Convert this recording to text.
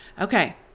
Okay